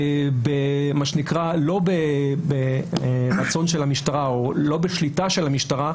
לא ברצון של המשטרה או לא בשליטה של המשטרה,